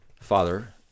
father